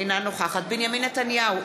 אינה נוכחת בנימין נתניהו,